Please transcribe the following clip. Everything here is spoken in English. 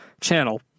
channel